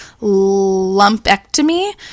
lumpectomy